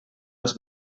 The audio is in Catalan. els